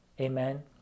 Amen